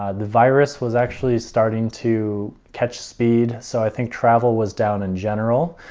ah the virus was actually starting to catch speed so i think travel was down in general.